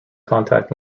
contact